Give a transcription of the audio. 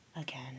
again